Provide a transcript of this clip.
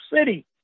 City